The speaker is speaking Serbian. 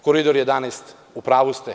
Koridor 11 - srce, u pravu ste.